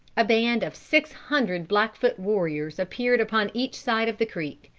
a band of six hundred blackfoot warriors appeared upon each side of the creek.